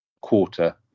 quarter